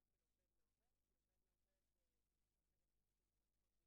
ככל שמדובר נניח